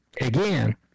again